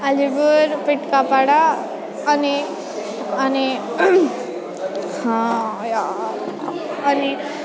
अलिपुर पेट्कापाडा अनि अनि अनि